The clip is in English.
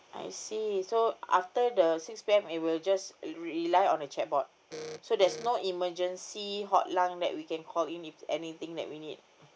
I see so after the six P_M I will just re~ rely on the chat bot so there's no emergency hotline that we can call in if anything that we need